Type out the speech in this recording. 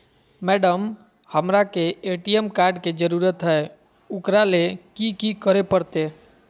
Madam, हमरा के ATM card के जरूरत है ऊकरा ले की की करे परते?